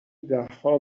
دهها